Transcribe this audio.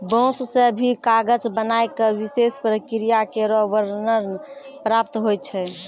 बांस सें भी कागज बनाय क विशेष प्रक्रिया केरो वर्णन प्राप्त होय छै